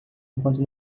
enquanto